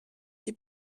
die